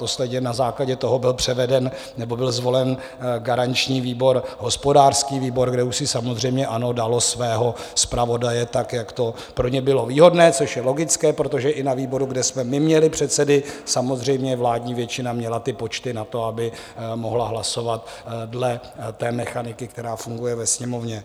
Ostatně na základě toho byl převeden nebo byl zvolen jako garanční výbor hospodářský výbor, kde už si samozřejmě ANO dalo svého zpravodaje tak, jak to pro ně bylo výhodné, což je logické, protože i na výboru, kde jsme my měli předsedy, samozřejmě vládní většina měla počty na to, aby mohla hlasovat dle mechaniky, která funguje ve Sněmovně.